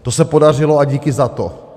To se podařilo a díky za to.